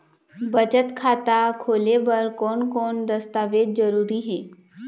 बचत खाता खोले बर कोन कोन दस्तावेज जरूरी हे?